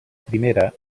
primera